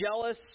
jealous